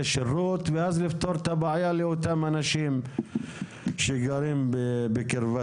שירות ואז לפתור את הבעיה לאותם אנשים שגרים בקרבת